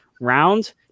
round